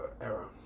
era